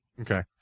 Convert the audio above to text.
Okay